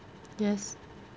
yes